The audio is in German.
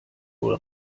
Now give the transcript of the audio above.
wohl